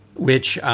which